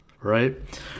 right